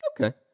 Okay